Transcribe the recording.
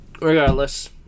regardless